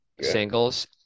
singles